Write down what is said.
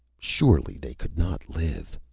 surely they could not live!